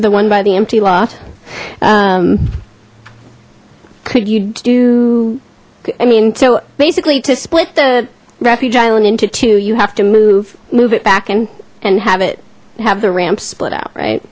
the one by the empty lot could you do i mean so basically to split the refuge island into two you have to move move it back in and have it have the ramps split out right